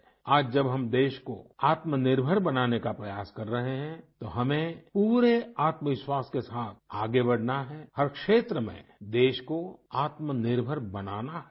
आज जब हम देश को आत्मनिर्मर बनाने का प्रयास कर रहे हैं तो हमें पूरे आत्मविश्वास के साथ आगे बढ़ना है हर क्षेत्र में देश को आत्मनिर्भर बनाना है